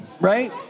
right